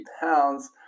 pounds